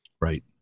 right